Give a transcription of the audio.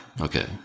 Okay